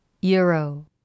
euro